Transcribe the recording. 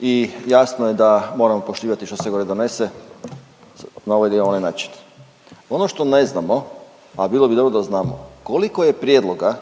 i jasno je da moramo poštivati što se gore donese na ovaj ili onaj način. Ono što ne znamo, a bilo bi dobro da znamo, koliko je prijedloga